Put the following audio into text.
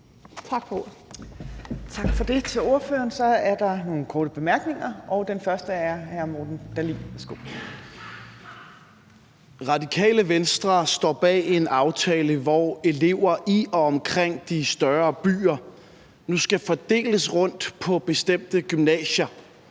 Tak for det til ordføreren. Der er nogle korte bemærkninger, og den første er fra hr. Morten Dahlin. Værsgo. Kl. 13:46 Morten Dahlin (V) : Radikale Venstre står bag en aftale, hvor elever i og omkring de større byer nu skal fordeles rundt på bestemte gymnasier,